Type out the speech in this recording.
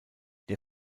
der